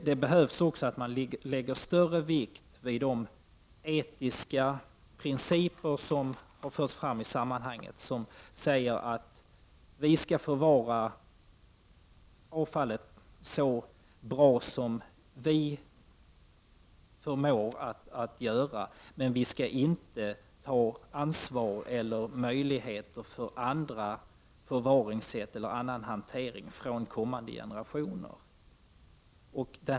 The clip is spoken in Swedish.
Man måste också lägga större vikt vid de etiska principer som har förts fram i sammanhanget och som säger att vi skall förvara avfallet så bra som vi förmår, men vi skall inte ta ifrån kommande generationer möjligheter till andra förvaringssätt eller annan hantering.